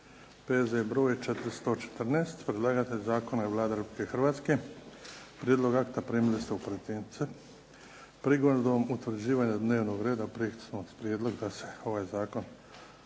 P.Z. br. 414 Predlagatelj zakona je Vlada Republike Hrvatske. Prijedlog akta primili ste u pretince. Prigodom utvrđivanja dnevnog reda prihvatili smo prijedlog da se ovaj zakon